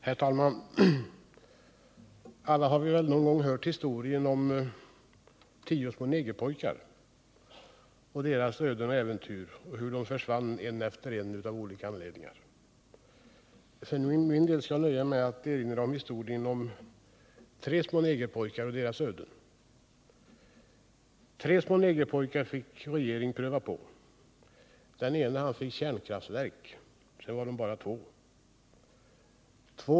Herr talman! Alla har vi någon gång hört historien om tio små negerpojkar, deras öden och äventyr och hur de försvann en efter en av olika anledningar. För min del skall jag nöja mig med att erinra om historien om tre små negerpojkar: Tre små negerpojkar fick regering pröva på — sen var de bara två.